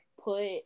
put